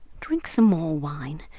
drink some more wine.